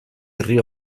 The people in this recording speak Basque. herri